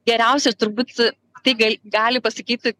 geriausia turbūt tai gal gali pasakyti